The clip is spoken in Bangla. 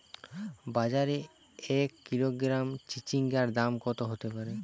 বাজারে এক কিলোগ্রাম চিচিঙ্গার দাম কত হতে পারে?